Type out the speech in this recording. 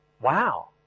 Wow